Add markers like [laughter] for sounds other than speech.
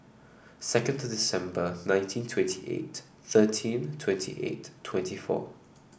second [unintelligible] December nineteen twenty eight thirteen twenty eight twenty four